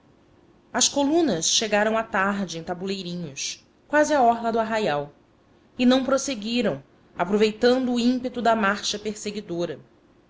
as colunas chegaram à tarde em tabuleirinhos quase à orla do arraial e não prosseguiram aproveitando o ímpeto da marcha perseguidora